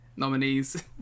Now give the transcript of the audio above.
nominees